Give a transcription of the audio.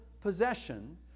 possession